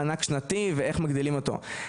מענק שנתי ואיך מגדילים אותו.